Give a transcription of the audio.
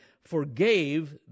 forgave